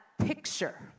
picture